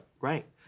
Right